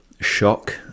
shock